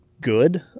good